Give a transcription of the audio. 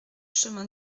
chemin